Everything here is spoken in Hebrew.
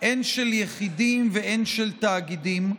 הן של יחידים והן של תאגידים,